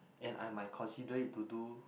and I might consider it to do